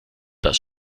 das